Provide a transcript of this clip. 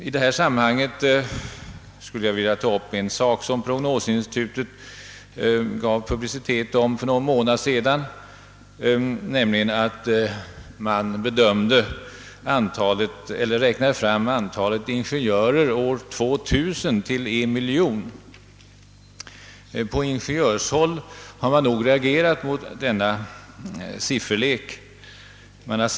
I detta sammanhang skulle jag vilja ta upp en sak som prognosinstitutet gav publicitet åt för någon månad sedan. Man räknade fram antalet ingenjörer år 2 000 till en miljon. På ingenjörshåll har man reagerat mot denna sifferlek.